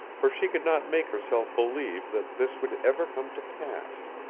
for she could not make herself believe that this would ever come to pass.